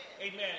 Amen